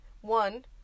one